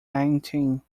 nineteen